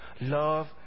love